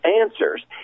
answers